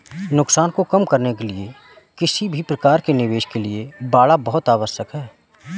नुकसान को कम करने के लिए किसी भी प्रकार के निवेश के लिए बाड़ा बहुत आवश्यक हैं